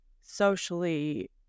socially